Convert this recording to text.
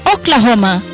Oklahoma